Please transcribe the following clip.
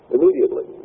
Immediately